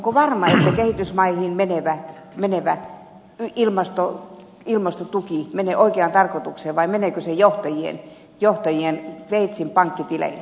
onko varma että kehitysmaihin menevä ilmastotuki menee oikeaan tarkoitukseen vai meneekö se johtajien sveitsin pankkitileille